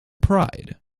pride